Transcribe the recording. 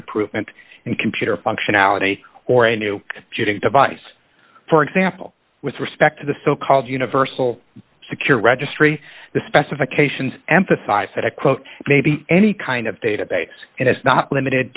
improvement in computer functionality or a new shooting device for example with respect to the so called universal secure registry the specifications emphasize that a quote may be any kind of database and it's not limited